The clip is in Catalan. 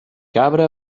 cabra